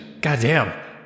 Goddamn